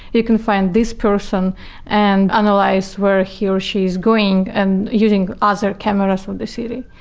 you can find this person and analyze where he or she is going and using other cameras from the city.